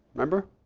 remember?